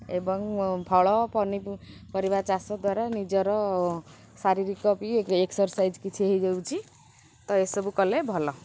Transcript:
ଏବଂ ଫଳ ପନିପରିବା ଚାଷ ଦ୍ୱାରା ନିଜର ଶାରୀରିକ ବି ଏକ୍ସର୍ସାଇଜ୍ କିଛି ହୋଇଯାଉଛି ତ ଏସବୁ କଲେ ଭଲ